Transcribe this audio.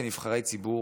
כנבחרי הציבור,